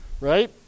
Right